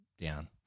down